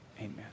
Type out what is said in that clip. Amen